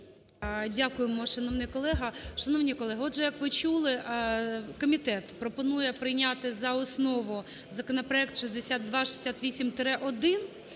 колего. Шановні колеги, отже, як ви чули, комітет пропонує прийняти за основу законопроект 6268-1.